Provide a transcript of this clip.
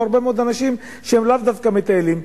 או הרבה מאוד אנשים שהם לא דווקא מטיילים,